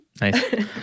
Nice